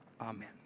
Amen